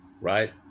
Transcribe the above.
Right